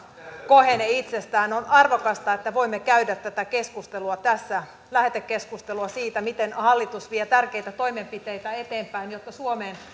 kohene itsestään on arvokasta että voimme käydä tätä keskustelua tässä lähetekeskustelua siitä miten hallitus vie tärkeitä toimenpiteitä eteenpäin jotta suomeen